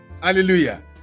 Hallelujah